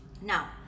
Now